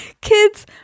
kids